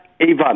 Ivan